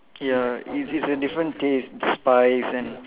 ya it's it's a different taste spice and